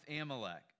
Amalek